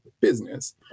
business